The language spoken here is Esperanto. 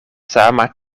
sama